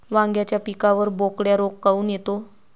वांग्याच्या पिकावर बोकड्या रोग काऊन येतो?